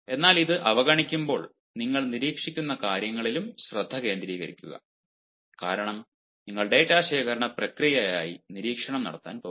എന്നാൽ ഇത് അവഗണിക്കുമ്പോൾ നിങ്ങൾ നിരീക്ഷിക്കുന്ന കാര്യങ്ങളിലും ശ്രദ്ധ കേന്ദ്രീകരിക്കുക കാരണം നിങ്ങൾ ഡാറ്റ ശേഖരണ പ്രക്രിയയായി നിരീക്ഷണം നടത്താൻ പോകുന്നു